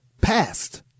Past